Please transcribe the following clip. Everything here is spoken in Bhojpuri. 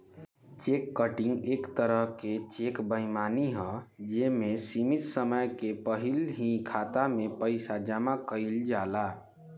चेक कटिंग एक तरह के चेक बेईमानी ह जे में सीमित समय के पहिल ही खाता में पइसा जामा कइल जाला